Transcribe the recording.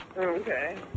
Okay